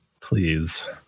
Please